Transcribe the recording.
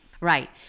Right